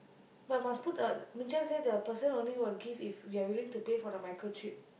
but must put the say the person only will give if we are willing to pay for the micro chip